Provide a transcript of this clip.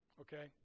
okay